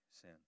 sin